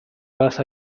base